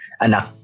anak